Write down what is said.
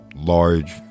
large